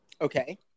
Okay